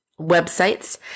websites